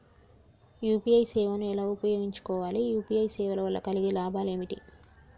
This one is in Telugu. యూ.పీ.ఐ సేవను ఎలా ఉపయోగించు కోవాలి? యూ.పీ.ఐ సేవల వల్ల కలిగే లాభాలు ఏమిటి?